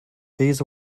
these